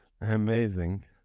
Amazing